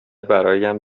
برایم